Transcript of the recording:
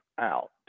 out